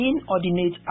Inordinate